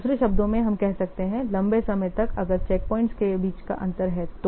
दूसरे शब्दों में हम कह सकते हैं लंबे समय तक अगर चैकपॉइंट्स के बीच का अंतर है तो